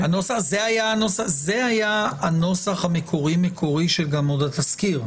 זה היה הנוסח המקורי מקורי בתזכיר.